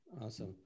Awesome